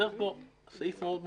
צריך להוסיף פה סעיף חשוב מאוד,